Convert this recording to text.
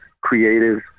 creative